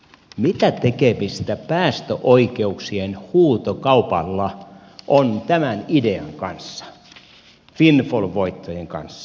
mitä tekemistä päästöoikeuksien huutokaupalla on tämän idean kanssa windfall voittojen kanssa